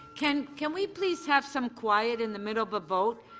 can can we please have some quiet in the middle of a vote?